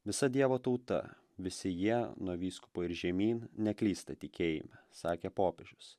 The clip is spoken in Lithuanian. visa dievo tauta visi jie nuo vyskupo ir žemyn neklysta tikėjime sakė popiežius